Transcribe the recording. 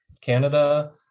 Canada